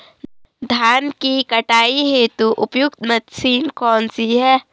धान की कटाई हेतु उपयुक्त मशीन कौनसी है?